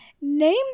Name